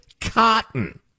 cotton